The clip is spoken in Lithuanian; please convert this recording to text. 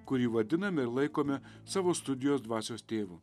kurį vadiname ir laikome savo studijos dvasios tėvu